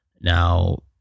now